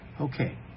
Okay